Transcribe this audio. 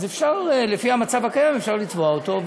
אז לפי המצב הקיים אפשר לתבוע אותו,